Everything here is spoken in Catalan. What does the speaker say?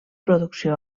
producció